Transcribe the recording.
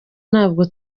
ntabwo